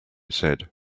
said